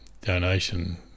donation